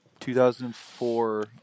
2004